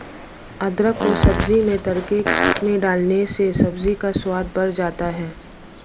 अदरक को सब्जी में तड़के में डालने से सब्जी का स्वाद बढ़ जाता है